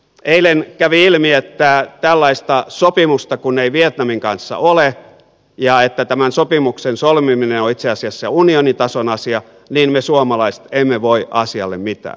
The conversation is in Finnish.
eilen kävi ilmi että kun tällaista sopimusta ei vietnamin kanssa ole ja tämän sopimuksen solmiminen on itse asiassa unionitason asia niin me suomalaiset emme voi asialle mitään